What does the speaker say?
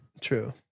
True